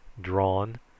drawn